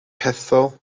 hethol